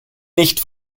nicht